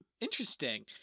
Interesting